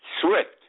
swift